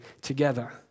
together